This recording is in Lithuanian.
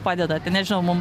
padeda tai nežinau mum